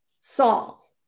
Saul